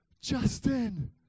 Justin